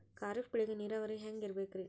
ಖರೀಫ್ ಬೇಳಿಗ ನೀರಾವರಿ ಹ್ಯಾಂಗ್ ಇರ್ಬೇಕರಿ?